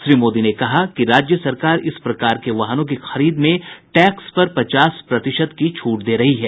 श्री मोदी ने कहा कि राज्य सरकार इस प्रकार के वाहनों की खरीद में टैक्स पर पचास प्रतिशत की छूट दे रही है